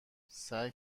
سعی